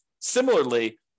Similarly